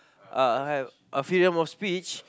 uh have a freedom of speech